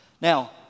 Now